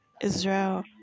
Israel